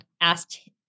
asked